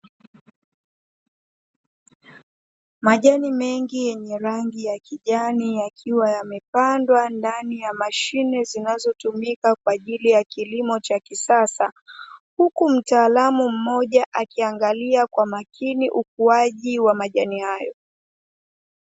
Majani mengi yenye rangi ya kijani yakiwa yamepandwa ndani ya mashine zinazotumika kwa ajili ya kilimo cha kisasa, huku mtaalamu mmoja akiangalia kwa makini ukuaji wa majani hayo.